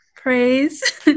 praise